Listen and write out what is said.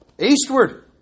eastward